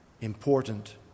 important